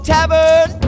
Tavern